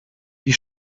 die